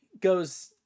goes